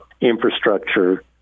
infrastructure